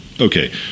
okay